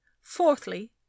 fourthly